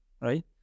right